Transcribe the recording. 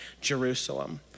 Jerusalem